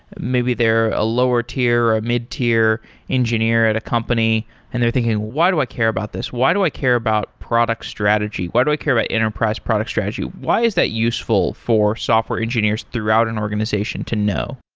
maybe they're a lower-tier, a mid-tier engineer at a company and they're thinking, why do i care about this? why do i care about product strategy? why do i care about enterprise product strategy? why is that useful for software engineers throughout an organization to know?